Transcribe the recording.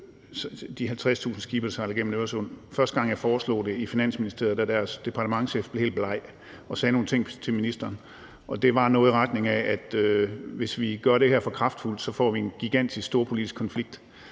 de 50.000 skibe, der sejler igennem Øresund. Første gang jeg foreslog det i Finansministeriet, blev deres departementschef helt bleg og sagde nogle ting til ministeren, og det var noget i retning af, at hvis vi gør det her for kraftfuldt, får vi en gigantisk storpolitisk konflikt,